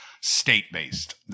state-based